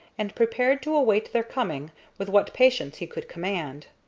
and prepared to await their coming with what patience he could command.